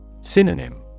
Synonym